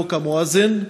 חוק המואזין,